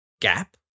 gap